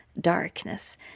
darkness